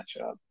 matchup